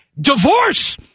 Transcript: divorce